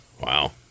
Wow